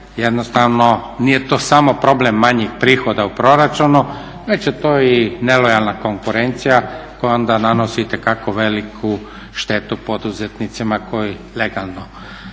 jednostavno nije to samo problem manjih prihoda u proračunu već je to i nelojalna konkurencija koja onda nanosi itekako veliku štetu poduzetnicima koji legalno